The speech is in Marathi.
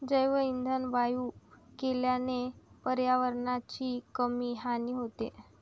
जैवइंधन वायू केल्याने पर्यावरणाची कमी हानी होते